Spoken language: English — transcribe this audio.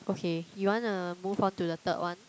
okay you wanna move on to the third one